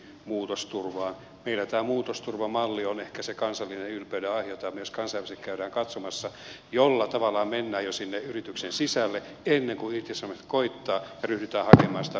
meillä tämä muutosturvamalli on ehkä se kansallinen ylpeydenaihe jota myös kansainvälisesti käydään katsomassa jolla tavallaan mennään jo sinne yrityksen sisälle ennen kuin irtisanomiset koittavat ja ryhdytään hakemaan sitä uutta polkua